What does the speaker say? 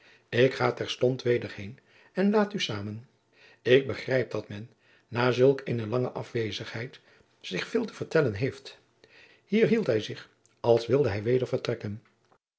ik ga terstond weder heen en laat u samen ik begrijp dat men na zulk eene lange afwezigheid zich veel te vertellen heeft hier hield hij zich als wilde hij weder vertrekken